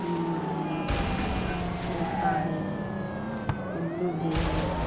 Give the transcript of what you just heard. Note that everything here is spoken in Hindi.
मोर है तोता है उल्लू भी है